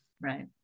Right